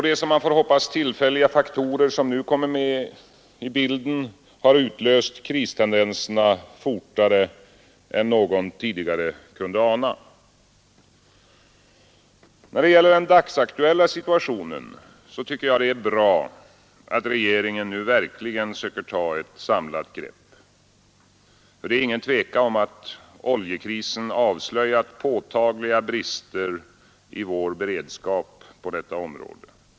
De — som man får hoppas tillfälliga — faktorer som nu kommit med i bilden har utlöst kristendenserna fortare än någon tidigare kunnat ana. När det gäller den dagsaktuella situationen tycker jag att det är bra att regeringen nu verkligen söker ta ett samlat grepp. För det är inget tvivel om att oljekrisen avslöjat påtagliga brister i vår beredskap på detta område.